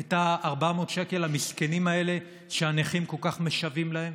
את ה-400 שקל המסכנים האלה שהנכים כל כך משוועים להם?